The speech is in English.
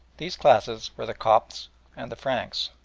these classes were the copts and the franks.